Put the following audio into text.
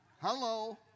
Hello